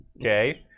okay